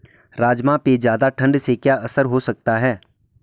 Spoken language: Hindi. राजमा पे ज़्यादा ठण्ड से क्या असर हो सकता है?